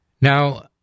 Now